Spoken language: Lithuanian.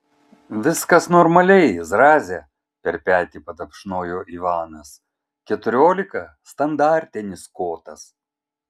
viskas normaliai zraze per petį patapšnojo ivanas keturiolika standartinis kotas